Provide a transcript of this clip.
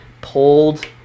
pulled